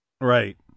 Right